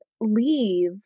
leave